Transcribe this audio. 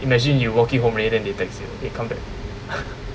imagine you walking home already then they text need come back